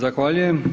Zahvaljujem.